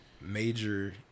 major